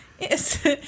Yes